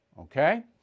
okay